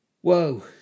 Whoa